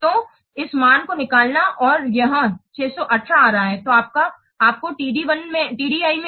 तो इस मान को निकाला और यह 618 आ रहा है तो आपको TDI में